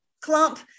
clump